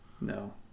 No